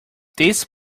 this